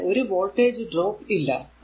ഇവിടെ ഒരു voltage drop ഇല്ല